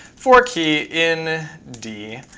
for key in d.